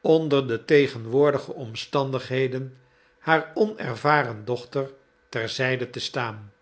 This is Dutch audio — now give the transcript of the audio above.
onder de tegenwoordige omstandigheden haar onervaren dochter ter zijde te staan